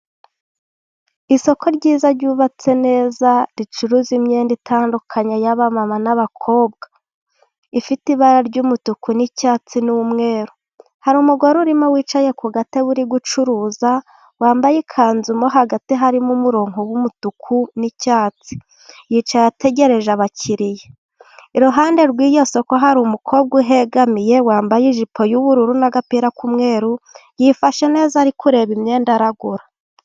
Isoko ryiza ryubatse neza, ricuruza imyenda itandukanye yaba mama n'abakobwa, ifite ibara ry'umutuku n'icyatsi n'umweru. Hari umugore urimo wicaye ku gatebe uri gucuruza, wambaye ikanzu mo hagati harimo umurongo w'umutuku n'icyatsi ,yicaye ategereje abakiriya. Iruhande rw'iryo soko hari umukobwa uhegamiye, wambaye ijipo y'ubururu n'agapira k'umweru, yifashe neza ari kureba imyenda aragura.